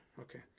Okay